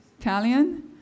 Italian